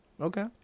Okay